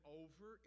over